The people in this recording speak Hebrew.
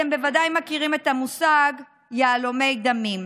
אתם בוודאי מכירים את המושג יהלומי דמים.